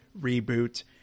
reboot